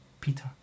peter